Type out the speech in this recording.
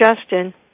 Justin